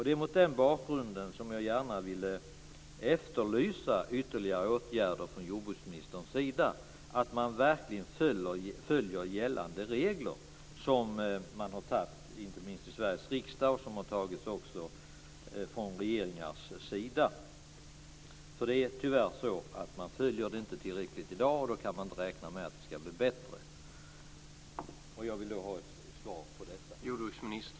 Det är mot den bakgrunden som jag gärna ville efterlysa ytterligare åtgärder från jordbruksministerns sida, att man verkligen följer gällande regler som antagits i Sveriges riksdag och från regeringars sida. Det är tyvärr så att man inte följer dem tillräckligt i dag. Då kan man inte räkna med att det skall bli bättre. Jag vill ha ett svar på detta.